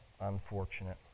unfortunate